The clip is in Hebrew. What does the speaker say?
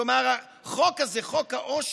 כלומר החוק הזה, חוק העושר,